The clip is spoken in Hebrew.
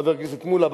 חבר הכנסת מולה,